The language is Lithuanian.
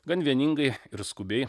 gan vieningai ir skubiai